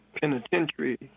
penitentiary